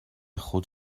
خود